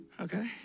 Okay